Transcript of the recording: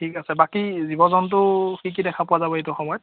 ঠিক আছে বাকী জীৱ জন্তু কি কি দেখা পোৱা যাব এইটো সময়ত